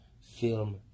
film